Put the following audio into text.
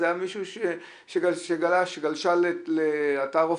זה היה מישהי שגלשה לאתר אופנה.